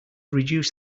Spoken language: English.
reduce